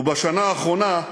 ובשנה האחרונה,